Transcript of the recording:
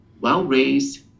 well-raised